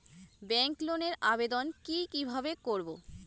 Bank লোনের আবেদন কি কিভাবে করব?